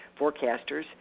Forecasters